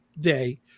day